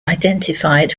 identified